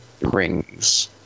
Rings